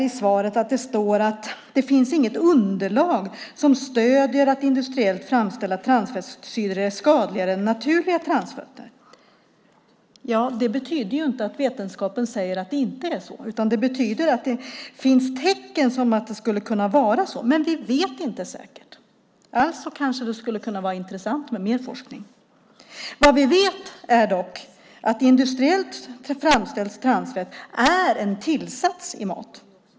I svaret står det: "Det finns inget underlag som stöder att industriellt framställda transfettsyror är skadligare än naturliga transfettsyror." Det betyder inte att vetenskapen säger att det inte är så. Det betyder att det finns tecken på att det skulle kunna vara så, men att vi inte vet säkert. Alltså kanske det skulle kunna vara intressant med mer forskning. Vad vi vet är dock att industriellt framställt transfett är en tillsats i mat.